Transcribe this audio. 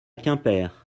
quimper